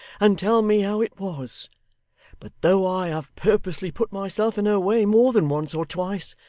and tell me how it was but though i have purposely put myself in her way more than once or twice,